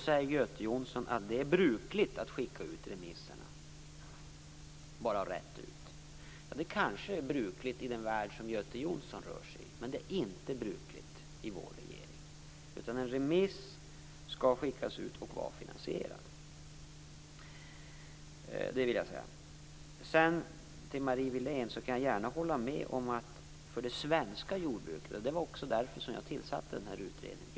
Göte Jonsson säger att det är brukligt att skicka ut remisser rätt ut. Det kanske är brukligt i den värld som Göte Jonsson rör sig i. Men det är inte brukligt i vår regering. En remiss skall skickas ut och vara finansierad, det vill jag säga. Jag kan gärna hålla med Marie Wilén när det gäller det svenska jordbruket. Det var också därför jag tillsatte den här utredningen.